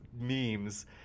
memes